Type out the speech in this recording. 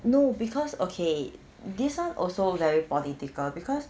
no because okay this one also very political because